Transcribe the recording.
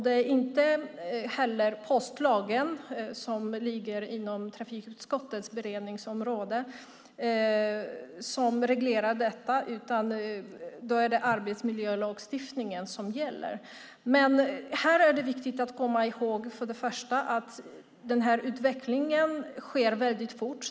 Det är inte heller postlagen, som ligger inom trafikutskottets beredningsområde, som reglerar detta, utan det är arbetsmiljölagstiftningen som gäller. Här är det dock viktigt att komma ihåg att utvecklingen sker väldigt fort.